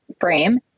frame